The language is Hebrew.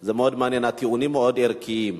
זה מאוד מעניין, הטיעונים מאוד ערכיים.